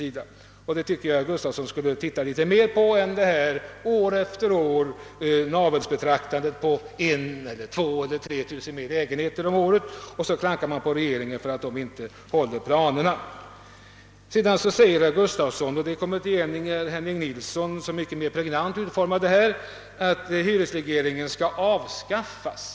Jag tycker att herr Gustafsson skulle ägna litet mer tid åt denna sida av saken och litet mindre åt det navelsbetraktande som år efter år tar sig uttryck i att folkpartiet föreslår 1000, 2000 eller 3 000 fler lägenheter om året och sedan klankar på regeringen för att den inte håller planerna. Herr Gustafsson i Skellefteå framhöll — det gjorde också herr Nilsson i Gävle på ett mycket pregnant sätt — att hyresregleringen nu kommer att avskaffas.